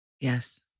Yes